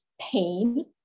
pain